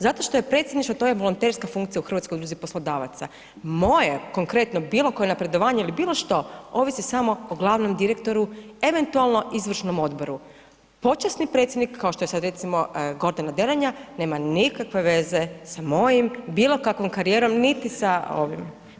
Zato što je predsjedništvo to je volonterska funkcija Hrvatskoj udruzi poslodavaca, moje konkretno bilo koje napredovanje ili bilo što ovisi samo o glavnom direktoru, eventualno izvršnom odboru, počasni predsjednik kao što je sad recimo Gordana Derenja nema nikakve veze sa mojom bilo kakvom karijerom, niti sa ovim.